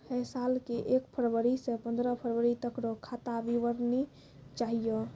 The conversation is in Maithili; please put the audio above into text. है साल के एक फरवरी से पंद्रह फरवरी तक रो खाता विवरणी चाहियो